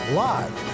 live